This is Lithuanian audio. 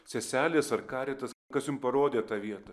seselės ar karitas kas jums parodė tą vietą